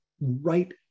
right